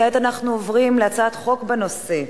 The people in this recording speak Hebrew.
כעת אנחנו עוברים להצעת חוק בנושא,